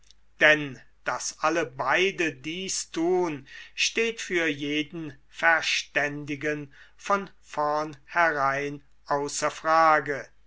denn daß alle beide dies tun steht für jeden verständigen von vornherein außer frage